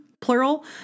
plural